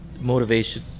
Motivation